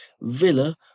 Villa